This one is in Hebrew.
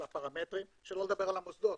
המוסדות